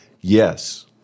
Yes